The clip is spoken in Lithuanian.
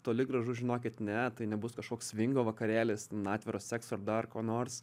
toli gražu žinokit ne tai nebus kažkoks svingo vakarėlis n atviro sekso ir dar ko nors